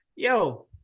Yo